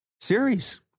series